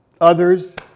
others